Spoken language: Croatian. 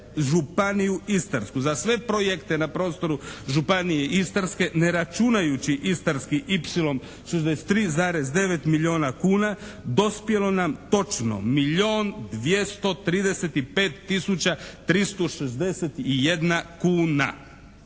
za sve projekte na prostoru Županije istarske, ne računajući Istarski ipsilon 63,9 milijuna kuna dospjelo nam točno milijun